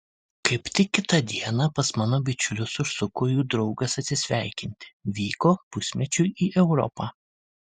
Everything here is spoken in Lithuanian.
kaip tik kitą dieną pas mano bičiulius užsuko jų draugas atsisveikinti vyko pusmečiui į europą